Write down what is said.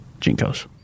Jinkos